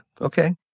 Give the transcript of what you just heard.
Okay